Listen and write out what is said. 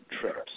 trips